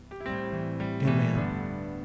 Amen